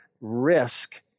risk